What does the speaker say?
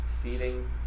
seating